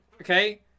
okay